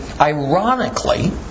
ironically